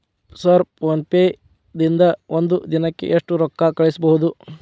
Sir PhonePe ದಿಂದ ಒಂದು ದಿನಕ್ಕೆ ಎಷ್ಟು ರೊಕ್ಕಾ ಕಳಿಸಬಹುದು?